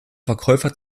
verkäufer